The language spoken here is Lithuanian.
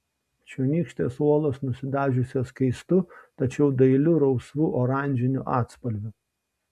čionykštės uolos nusidažiusios keistu tačiau dailiu rausvu oranžiniu atspalviu